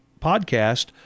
podcast